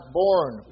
born